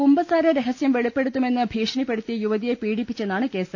കുമ്പസാര രഹസ്യം വെളിപ്പെടുത്തുമെന്ന് ഭീഷണിപ്പെടുത്തി യുവതിയെ പീഡിപ്പിച്ചെന്നാണ് കേസ്